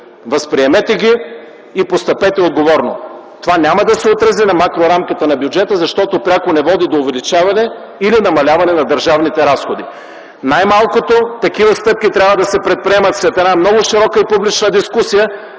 Възприемете ги и постъпете отговорно. Това няма да се отрази на макрорамката на бюджета, защото пряко не води до увеличаване или намаляване на държавните разходи. Най-малкото такива стъпки трябва да се предприемат след много широка публична дискусия,